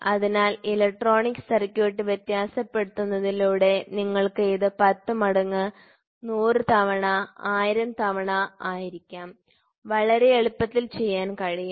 അതിനാൽ electronic circuit വ്യത്യാസപ്പെടുത്തുന്നതിലൂടെ നിങ്ങൾക്ക് ഇത് 10 മടങ്ങ് 100 തവണ 1000 തവണ ആയിരിക്കാം വളരെ എളുപ്പത്തിൽ ചെയ്യാൻ കഴിയും